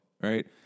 right